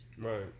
right